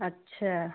अच्छा